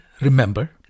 remember